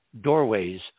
doorways